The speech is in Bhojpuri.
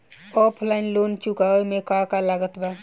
ऑफलाइन लोन चुकावे म का का लागत बा?